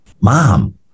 mom